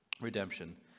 redemption